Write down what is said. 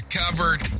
covered